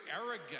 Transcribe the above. arrogant